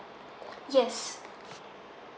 yes